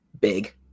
big